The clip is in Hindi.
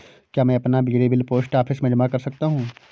क्या मैं अपना बिजली बिल पोस्ट ऑफिस में जमा कर सकता हूँ?